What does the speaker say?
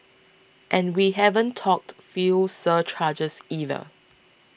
and we haven't talked fuel surcharges either